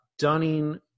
Dunning